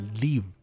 leave